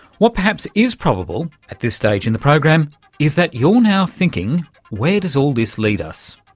what perhaps is probable at this stage in the program is that you're now thinking where does all this lead us?